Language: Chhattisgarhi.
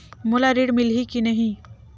मोला ऋण मिलही की नहीं?